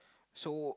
so